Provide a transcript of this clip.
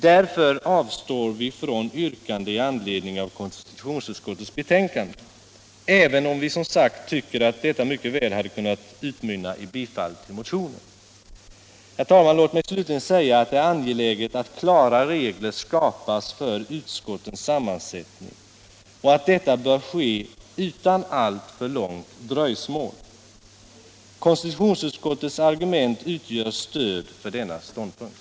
Därför avstår vi från yrkande i anledning av konstitutionsutskottets betänkande, även om vi, som sagt, tycker att detta mycket väl hade kunnat utmynna i tillstyrkande av motionen. Herr talman! Låt mig slutligen säga att det är angeläget att klara regler skapas för utskottens sammansättning och att detta bör ske utan alltför långt dröjsmål. Konstitutionsutskottets argument utgör stöd för denna ståndpunkt.